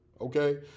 Okay